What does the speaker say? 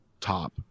top